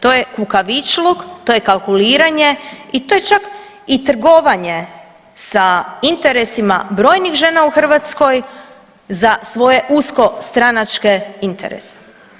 To je kukavičluk, to je kalkuliranje i to je čak i trgovanje sa interesima brojnih žena u Hrvatskoj za svoje usko stranačke interese.